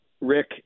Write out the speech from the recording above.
Rick